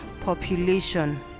population